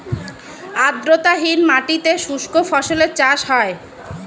আর্দ্রতাহীন মাটিতে শুষ্ক ফসলের চাষ হয়